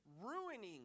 ruining